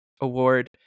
award